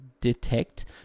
detect